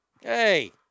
Hey